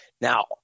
now